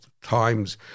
Times